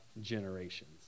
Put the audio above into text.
generations